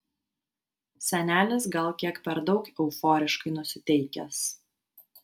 senelis gal kiek per daug euforiškai nusiteikęs